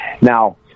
Now